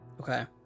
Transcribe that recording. Okay